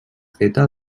feta